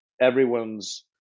everyone's